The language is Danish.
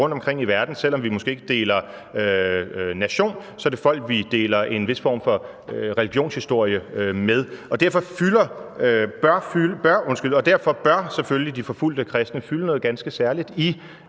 Selv om vi måske ikke deler nation, er det folk, vi deler en vis form for religionshistorie med. Og derfor bør de forfulgte kristne fylde noget ganske særligt i